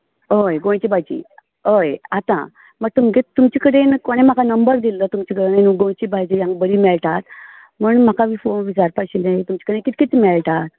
होय गोंयची भाजी होय आतां वा तुम तुमचे कडेन कोणे म्हाका नंबर दिल्लो तुमचे कडेन गोंयची भाजी बरी मेळटा म्हण म्हाका फोन विचारपा आशिल्लें तुमचे कडेन कित कित मेळटा